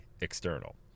external